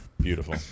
beautiful